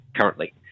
currently